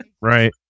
Right